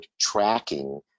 tracking